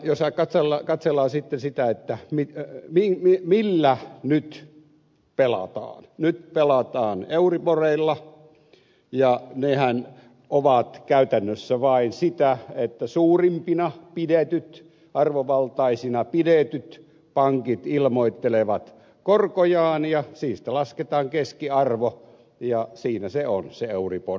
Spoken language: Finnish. jos katsellaan sitten sitä millä nyt pelataan nyt pelataan euriboreilla ja nehän ovat käytännössä vain sitä että suurimpina pidetyt arvovaltaisina pidetyt pankit ilmoittelevat korkojaan ja niistä lasketaan keskiarvo ja siinä se on se euribor